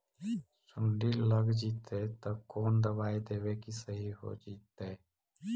सुंडी लग जितै त कोन दबाइ देबै कि सही हो जितै?